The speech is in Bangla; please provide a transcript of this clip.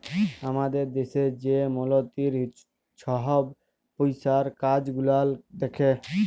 আমাদের দ্যাশে যে মলতিরি ছহব পইসার কাজ গুলাল দ্যাখে